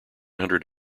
hundred